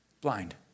blind